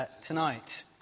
tonight